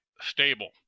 stable